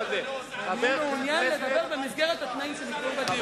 אני מעוניין לדבר במסגרת התנאים שנקבעו לדיון.